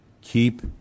Keep